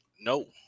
No